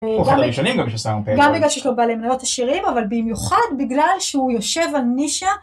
גם בגלל שיש לו בעלי מניות עשירים, אבל במיוחד בגלל שהוא יושב על נישה.